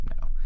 No